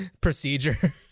procedure